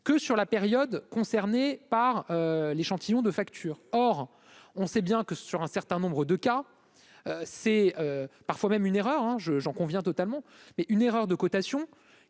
que sur la période concernée par l'échantillon de facture, or on sait bien que sur un certain nombre de cas, c'est parfois même une erreur hein je j'en conviens, totalement, mais une erreur de cotation